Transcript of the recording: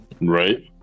right